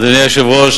אדוני היושב-ראש,